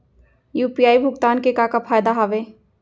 UPI भुगतान के का का फायदा हावे?